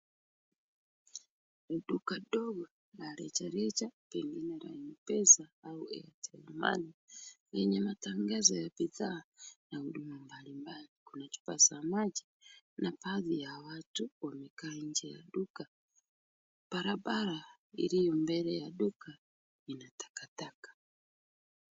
Duka ndogo la rejareja penye ni la Mpesa au Airtel Money, lenye matangazo ya bidhaa na huduma mbalimbali, kuna chupa za maji na baadhi ya watu wamekaa nje ya duka, barabara iliyo mbele ya duka ina takataka.